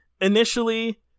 Initially